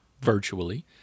Virtually